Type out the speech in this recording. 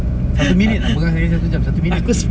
satu minit ya pegang saya jap satu minit jer